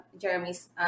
Jeremy's